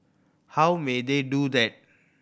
how may they do that